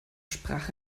sprach